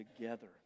together